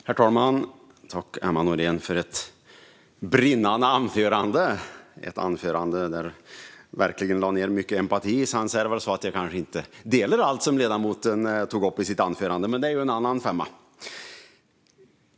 Herr talman! Tack, Emma Nohrén, för ett brinnande anförande! Det var ett anförande med mycket empati. Jag kanske inte håller med om allt som ledamoten tog upp i sitt anförande, men det är ju en annan femma.